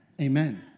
Amen